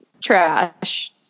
trash